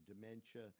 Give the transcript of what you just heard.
dementia